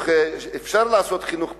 אפשר לעשות חינוך פרטי,